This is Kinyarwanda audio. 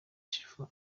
for